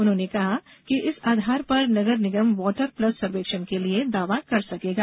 उन्होंने कहा कि इस आधार पर नगर निगम वॉटर प्लस सर्वेक्षण के लिए दावा कर सकेगा